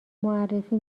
معرفی